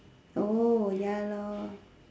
oh ya lor